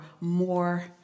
more